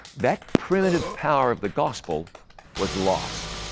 that primitive power of the gospel was lost.